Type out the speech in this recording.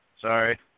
sorry